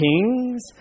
kings